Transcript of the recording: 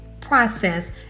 process